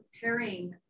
preparing